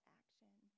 action